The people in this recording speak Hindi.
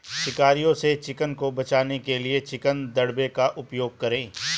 शिकारियों से चिकन को बचाने के लिए चिकन दड़बे का उपयोग करें